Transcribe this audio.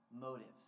motives